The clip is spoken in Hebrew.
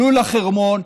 עלו לחרמון,